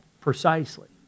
precisely